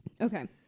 Okay